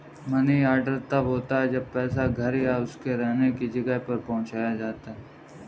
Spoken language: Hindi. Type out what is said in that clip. मनी ऑर्डर तब होता है जब पैसा घर या उसके रहने की जगह पर पहुंचाया जाता है